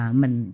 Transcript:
mình